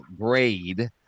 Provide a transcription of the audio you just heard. grade